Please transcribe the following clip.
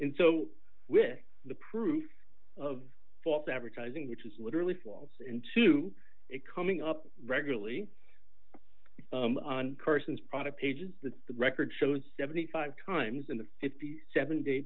in so with the proof of false advertising which is literally fall into it coming up regularly on persons product pages that's the record showed seventy five times in the fifty seven day